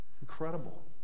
Incredible